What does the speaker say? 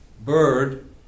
bird